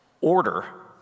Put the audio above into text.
order